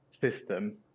system